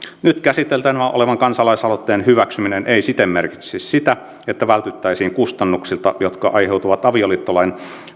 nyt käsiteltävänä olevan kansalaisaloitteen hyväksyminen ei siten merkitsisi sitä että vältyttäisiin kustannuksilta jotka aiheutuvat avioliittolain